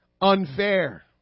unfair